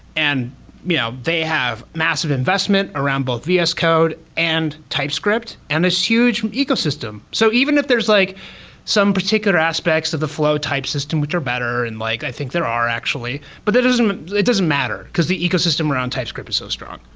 and you know they have massive investment around both vscode and typescript and this huge ecosystem. so even if there's like some particular aspects of the flow type system, which are better and like i think there are actually, but it doesn't matter, because the ecosystem around typescript is so strong.